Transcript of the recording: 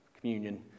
communion